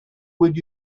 would